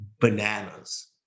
bananas